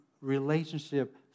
relationship